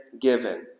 given